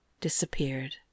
disappeared